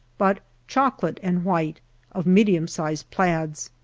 but chocolate-and-white, of medium sized plaids.